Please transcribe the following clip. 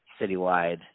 citywide